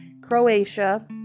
Croatia